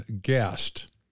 Guest